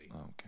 Okay